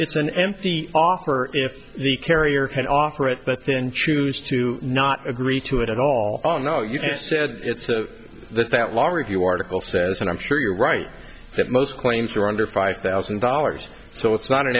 it's an empty offer if the carrier can operate but then choose to not agree to it at all oh no you just said it so that that law review article says and i'm sure you're right that most claims are under five thousand dollars so it's not an